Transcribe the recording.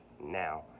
now